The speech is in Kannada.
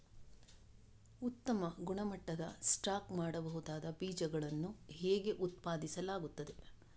ಉತ್ತಮ ಗುಣಮಟ್ಟದ ಸ್ಟಾಕ್ ಮಾಡಬಹುದಾದ ಬೀಜಗಳನ್ನು ಹೇಗೆ ಉತ್ಪಾದಿಸಲಾಗುತ್ತದೆ